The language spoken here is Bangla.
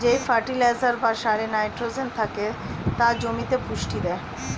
যেই ফার্টিলাইজার বা সারে নাইট্রোজেন থেকে তা জমিতে পুষ্টি দেয়